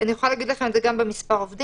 אני יכולה להגיד לכם את זה גם במספר עובדים.